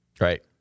Right